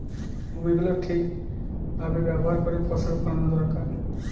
ভূমি গুলো ঠিক ভাবে ব্যবহার করে ফসল ফোলানো দরকার